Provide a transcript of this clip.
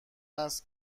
است